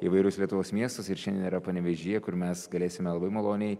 įvairius lietuvos miestus ir šiandien yra panevėžyje kur mes galėsime labai maloniai